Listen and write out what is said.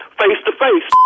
face-to-face